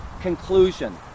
conclusion